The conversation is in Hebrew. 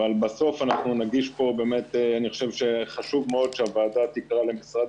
אבל בסוף נדגיש פה באמת חשוב שהוועדה תקרא למשרד